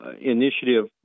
initiative